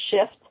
shift